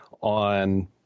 on